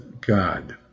God